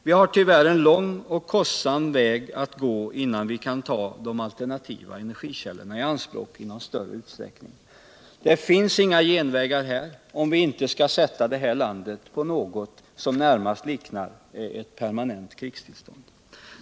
Vi har tyvärr en lång och kostsam väg att gå innan vi kan ta de alternativa energikällorna i anspråk i någon större utsträckning. Det finns inga genvägar här, om vi inte skall försätta det här landet i något som närmast kan liknas vid ett permanent kristillstånd.